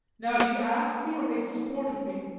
now do you ask me, or make sport of me?